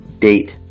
date